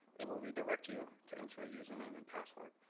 it will redirect you to enter ah user name and password.